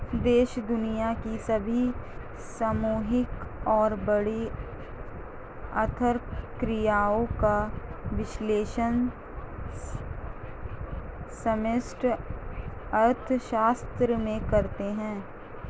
देश दुनिया की सभी सामूहिक और बड़ी आर्थिक क्रियाओं का विश्लेषण समष्टि अर्थशास्त्र में करते हैं